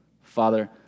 Father